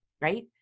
right